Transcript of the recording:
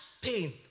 pain